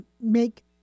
make